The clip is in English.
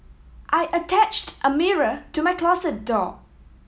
I attached a mirror to my closet door